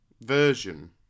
version